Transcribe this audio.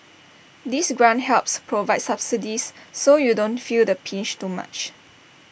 this grant helps provide subsidies so you don't feel the pinch too much